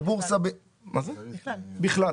בבורסה בכלל.